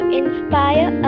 inspire